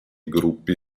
gruppi